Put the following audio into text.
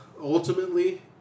Ultimately